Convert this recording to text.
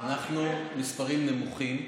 מספרים נמוכים,